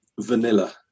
vanilla